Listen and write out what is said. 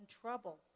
trouble